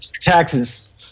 Taxes